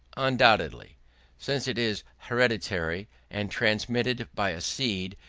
undoubtedly since it is hereditary and transmitted by a seed,